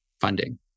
funding